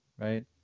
right